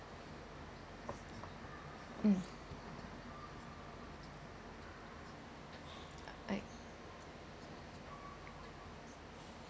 mm oh